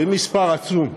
זה מספר עצום.